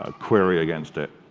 ah query against it